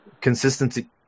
consistency